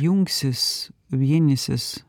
jungsis vienysis